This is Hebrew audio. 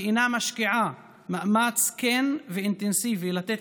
ואינה משקיעה מאמץ כן ואינטנסיבי לתת